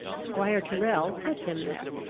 squire tyrrel put him there.